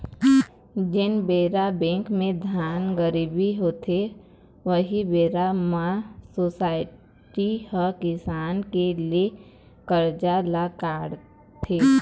जेन बेरा बेंक म धान खरीदी होथे, उही बेरा म सोसाइटी ह किसान के ले करजा ल काटथे